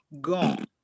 gone